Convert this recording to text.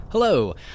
Hello